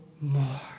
more